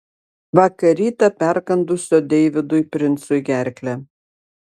vakar rytą perkandusio deividui princui gerklę